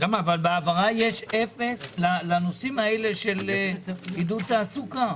אבל בהעברה יש אפס לנושאים האלה של עידוד תעסוקה.